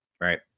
Right